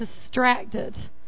distracted